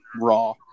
raw